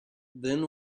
then